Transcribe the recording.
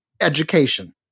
education